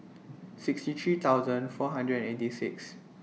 sixty three thousand four hundred and eighty six